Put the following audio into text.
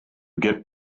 get